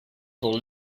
pour